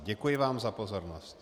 Děkuji vám za pozornost.